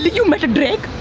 you met drake?